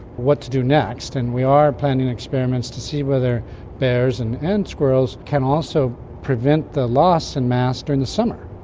what to do next? and we are planning experiments to see whether bears and and squirrels can also prevent the loss in mass during the summer.